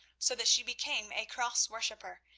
so that she became a cross-worshipper,